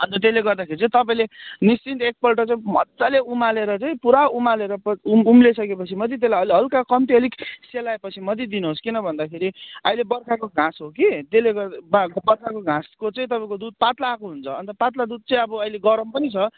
अनि त त्यसले गर्दाखेरि चाहिँ तपाईँले निश्चिन्त एकपल्ट चाहिँ मज्जैले उमालेर चाहिँ पुरा उमालेर उम् उम्लिसकेपछि मात्रै त्यसलाई हल्का कम्ती अलिक सेलाएपछि मात्रै दिनुहोस् किन भन्दाखेरि अहिले बर्खाको घाँस हो कि त्यसले गर्दा वा बर्खाको घाँसको चाहिँ तपाईँको दुध पात्ला आएको हुन्छ अनि त पात्ला दुध चाहिँ अब अहिले गरम पनि छ